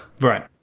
Right